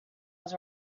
was